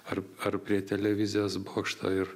ar ar prie televizijos bokšto ir